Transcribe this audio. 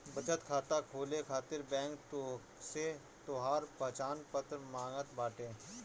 बचत खाता खोले खातिर बैंक तोहसे तोहार पहचान पत्र मांगत बाटे